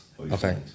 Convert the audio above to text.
Okay